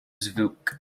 zvooq